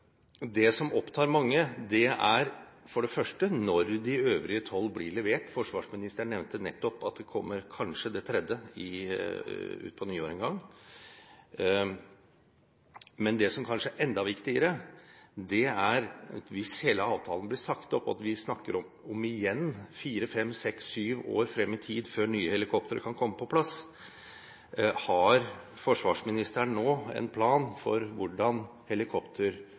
Det som opptar mange, er for det første når de øvrige tolv blir levert. Forsvarsministeren nevnte nettopp at det tredje kanskje kommer på nyåret en gang. Men det som kanskje er enda viktigere, er at hvis hele avtalen blir sagt opp – og vi snakker da igjen om fire, fem, seks, syv år frem i tid før nye helikoptre kan komme på plass – har forsvarsministeren nå en plan for hvordan